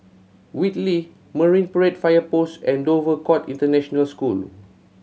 Whitley Marine Parade Fire Post and Dover Court International School